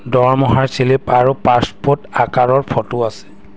দৰমহাৰ স্লিপ আৰু পাছপোৰ্ট আকাৰৰ ফটো আছে